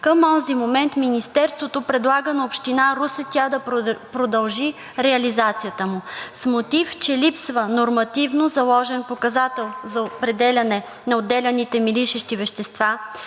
към онзи момент Министерството предлага на Община Русе тя да продължи реализацията му. С мотив, че липсва нормативно заложен показател за определяне на отделяните миришещи вещества,